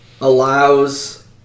allows